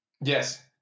Yes